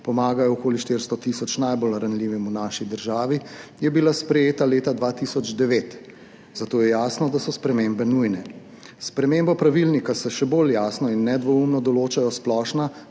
pomagajo okoli 400 tisoč najbolj ranljivim v naši državi, je bila sprejeta leta 2009, zato je jasno, da so spremembe nujne. S spremembo pravilnika se še bolj jasno in nedvoumno določajo splošna,